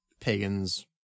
Pagan's